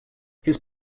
his